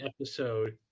episode